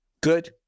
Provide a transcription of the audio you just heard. good